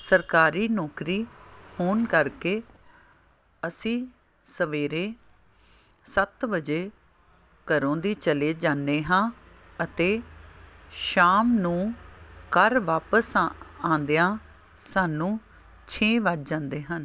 ਸਰਕਾਰੀ ਨੌਕਰੀ ਹੋਣ ਕਰਕੇ ਅਸੀਂ ਸਵੇਰੇ ਸੱਤ ਵਜੇ ਘਰੋਂ ਦੀ ਚਲੇ ਜਾਂਦੇ ਹਾਂ ਅਤੇ ਸ਼ਾਮ ਨੂੰ ਘਰ ਵਾਪਸ ਆਉਂਦਿਆਂ ਸਾਨੂੰ ਛੇ ਵੱਜ ਜਾਂਦੇ ਹਨ